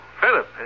Philip